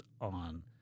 on